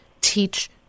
teach